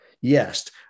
Yes